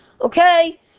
okay